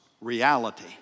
reality